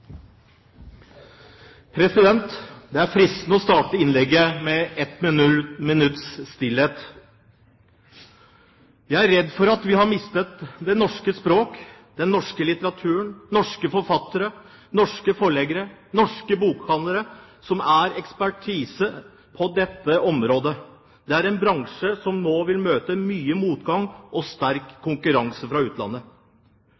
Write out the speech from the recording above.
redd for at vi har mistet det norske språket, den norske litteraturen, norske forfattere, norske forleggere og norske bokhandlere, som er ekspertisen på dette området. Det er en bransje som nå vil møte mye motgang og sterk